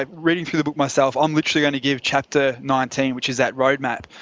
ah reading through the book myself, i'm literally going to give chapter nineteen, which is that roadmap,